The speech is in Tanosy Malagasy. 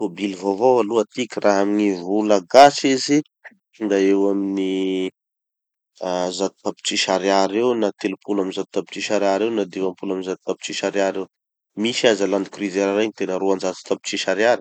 Tobily vaovao aloha atiky raha amy gny vola gasy izy, da eo amin'ny ah zato tapitrisa ariary eo na telopolo amy zato tapitrisa ariary eo na dimampolo amy zato tapitrisa ariary eo. Misy aza land cruiser regny tena roanjato tapitrisa ariary.